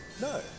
No